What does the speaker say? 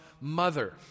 mother